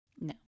No